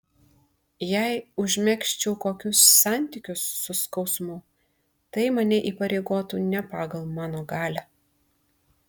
jei užmegzčiau kokius santykius su skausmu tai mane įpareigotų ne pagal mano galią